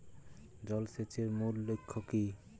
জল সেচের মূল লক্ষ্য কী?